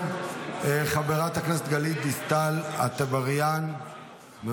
חברת הכנסת יסמין, סיימת?